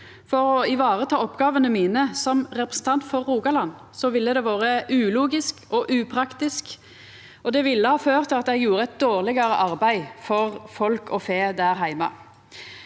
for å vareta oppgåvene mine som representant for Rogaland, ville det vore ulogisk og upraktisk, og det ville ha ført til at eg gjorde eit dårlegare arbeid for folk og fe der heime.